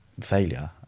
failure